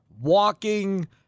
walking